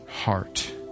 heart